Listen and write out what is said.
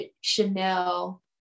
Chanel